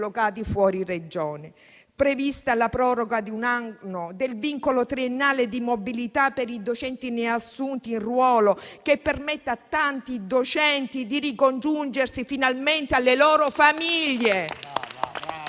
fuori Regione. È prevista inoltre la proroga di un anno del vincolo triennale di mobilità per i docenti neoassunti in ruolo, che permette a tanti docenti di ricongiungersi finalmente alle loro famiglie.